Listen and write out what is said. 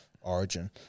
Origin